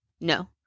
No